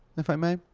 if i may,